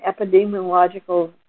epidemiological